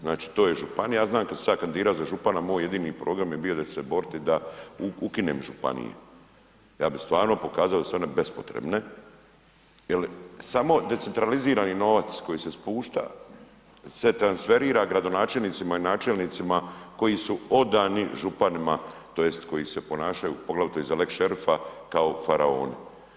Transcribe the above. Znači to je županija, ja znam kad sam se ja kandidira za župana moj jedini program je bio da ću se boriti da ukinem županije, ja bi stvarno pokazao da su one bespotrebne, jer samo decentralizirani novac koji se spušta se transferira gradonačelnicima i načelnicima koji su odani županima tj. koji se ponašaju poglavito iza lex šerifa kao faraoni.